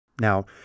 Now